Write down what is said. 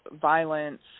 violence